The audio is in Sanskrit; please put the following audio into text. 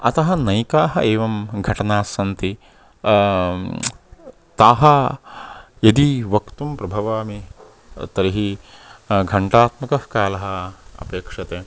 अतः नैकाः एवं घटनास्सन्ति ताः यदि वक्तुं प्रभवामि तर्हि घण्टात्मकः कालः अपेक्षते